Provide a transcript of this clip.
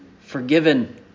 forgiven